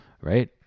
right